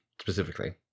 specifically